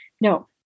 No